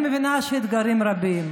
אני מבינה שיש אתגרים רבים,